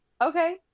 Okay